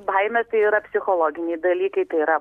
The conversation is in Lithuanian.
baimė tai psichologiniai dalykai tai yra